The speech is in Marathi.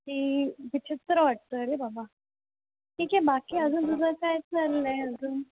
की विचित्र वाटतं रे बाबा ठीक आहे बाकी अजून तुझं काय चाललं आहे अजून